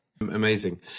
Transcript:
Amazing